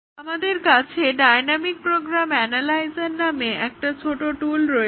আমাদের কাছে dynamic program analyser নামে একটা ছোট টুল রয়েছে